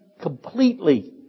completely